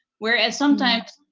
whereas sometimes,